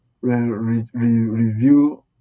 review